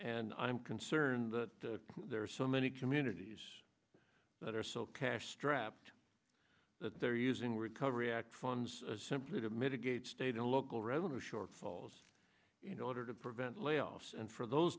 and i'm concerned that there are so many communities that are so cash strapped that they're using recovery act funds simply to mitigate state and local revenue shortfalls in order to prevent layoffs and for those